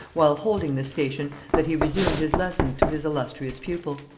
while holding this station, that he resumed his lessons to his illustrious pupil.